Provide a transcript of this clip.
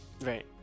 right